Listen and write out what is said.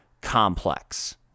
complex